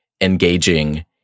engaging